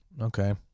Okay